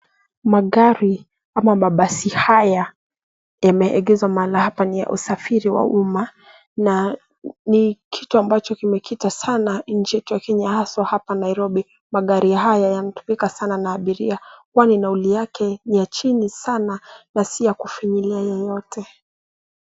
Magari ama mabasi haya, yameegezwa mahala hapa ni ya usafiri wa umma, na ni kitu ambacho kimekita sana nchi yetu ya Kenya, haswaa hapa Nairobi. Magari haya yametumika sana na abiria, kwani nauli yake ni ya chini sana, na si ya kufinyilia yeyote.